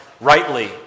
rightly